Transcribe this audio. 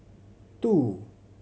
two